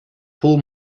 pull